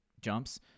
jumps